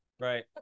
Right